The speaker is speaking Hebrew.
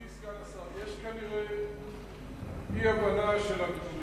מכובדי סגן השר, יש כנראה אי-הבנה של הדברים.